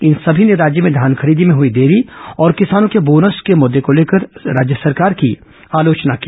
इन समी ने राज्य में घान खरीदी में हुई देरी और किसानों के बोनस के मुद्दे को लेकर राज्य सरकार की आलोचना की